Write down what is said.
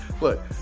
Look